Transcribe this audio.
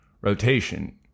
rotation